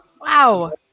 Wow